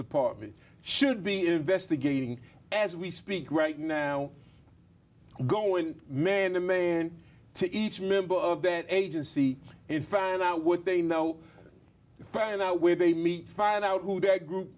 department should be investigating as we speak right now go in man a man to each member of that agency and find out what they know find out where they meet find nine out who their group